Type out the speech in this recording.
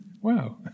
Wow